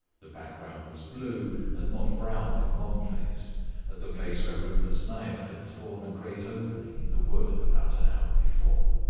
the background was blue and not brown in one place at the place where rupert's knife had torn a great opening in the wood about an hour before.